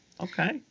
Okay